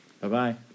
Bye-bye